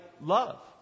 love